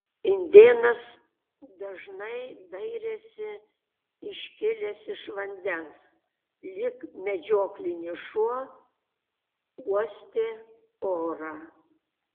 indėnas dažnai dairėsi iškilęs iš vandens lyg medžioklinis šuo uostė orą